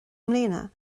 mbliana